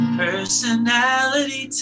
personality